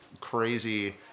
crazy